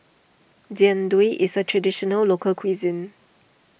Jian Dui is a Traditional Local Cuisine